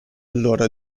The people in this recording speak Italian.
allora